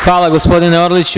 Hvala gospodine Orliću.